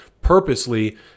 purposely